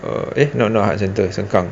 err eh no not heart centres sengkang